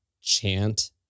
chant